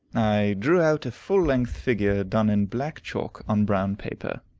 i drew out a full-length figure done in black chalk on brown paper.